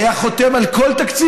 היה חותם על כל תקציב.